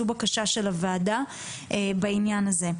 זו בקשה של הוועדה בעניין הזה.